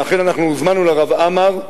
ואכן אנחנו הוזמנו לרב עמאר,